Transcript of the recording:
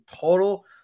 total